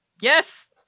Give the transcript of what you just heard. Yes